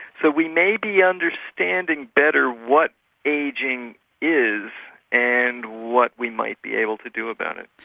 so we may be understanding better what ageing is and what we might be able to do about it.